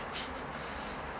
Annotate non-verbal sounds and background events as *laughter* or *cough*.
*laughs*